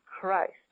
Christ